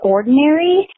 Ordinary